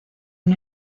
una